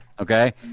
Okay